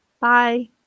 Bye